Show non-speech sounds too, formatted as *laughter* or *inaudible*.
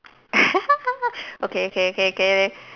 *laughs* okay okay okay okay